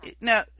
Now